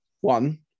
One